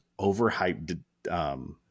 overhyped